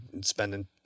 spending